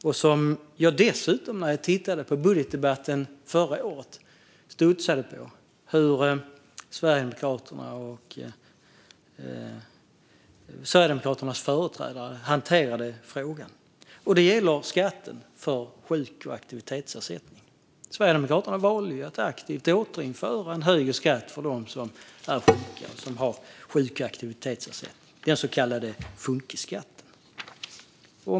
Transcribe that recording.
Dessutom studsade jag till när jag tittade på budgetdebatten förra året och såg hur Sverigedemokraternas företrädare hanterade denna fråga. Det gäller skatten för sjuk och aktivitetsersättning. Sverigedemokraterna valde att aktivt återinföra en högre skatt för dem som är sjuka och har sjuk och aktivitetsersättning, den så kallade funkisskatten.